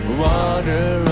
water